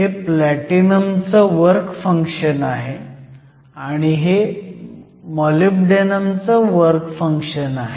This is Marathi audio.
हे प्लॅटिनम चं वर्क फंक्शन आहे आणि हे मॉलिब्डेनम चं वर्क फंक्शन आहे